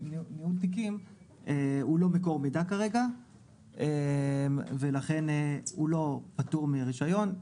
ניהול תיקים הוא לא מקור מידע כרגע ולכן הוא לא פטור מרישיון.